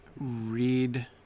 read